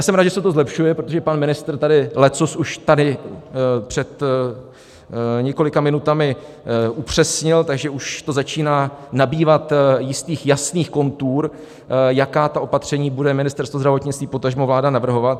Jsem rád, že se to zlepšuje, protože pan ministr tady už leccos před několika minutami upřesnil, takže už to začíná nabývat jistých jasných kontur, jaká ta opatření bude Ministerstvo zdravotnictví potažmo vláda navrhovat.